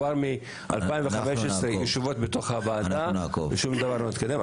שכבר מ-2015 הן יושבות בתוך הוועדה ושום דבר לא התקדם.